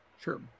sure